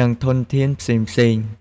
និងធនធានផ្សេងៗ។